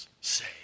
say